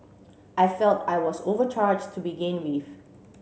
I felt I was overcharged to begin with